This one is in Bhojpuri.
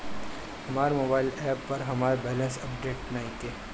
हमर मोबाइल ऐप पर हमर बैलेंस अपडेट नइखे